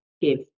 give